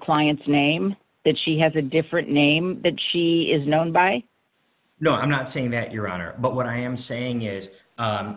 client's name that she has a different name that she is known by no i'm not saying that your honor but what i am saying is